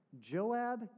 Joab